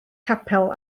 capel